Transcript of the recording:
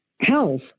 health